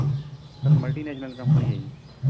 sir multinational company ਹੈ ਜੀ